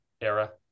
era